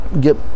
get